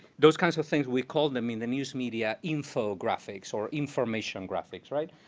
those kinds of things, we call them in the news media infographics, or information graphics, right?